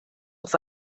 auf